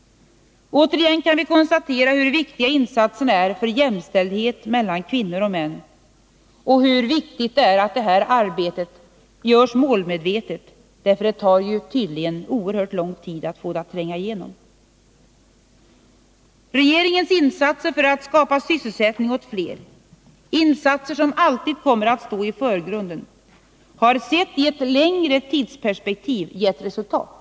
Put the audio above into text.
Återigen kan vi konstatera hur viktiga insatserna är för jämställdhet mellan kvinnor och män, och hur viktigt det är att detta arbete görs målmedvetet. Det tar tydligen oerhört lång tid att få det att tränga igenom. Regeringens insatser för att skapa sysselsättning åt fler — insatser som alltid kommer att stå i förgrunden — har, sett i ett längre tidsperspektiv, gett resultat.